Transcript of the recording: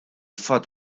fatt